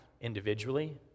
individually